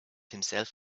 himself